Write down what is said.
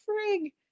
frig